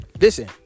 Listen